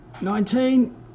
Nineteen